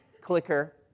clicker